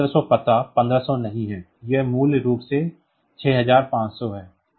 यह 1500 पता 1500 नहीं है यह मूल रूप से 6500 है